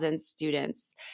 students